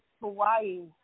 Hawaii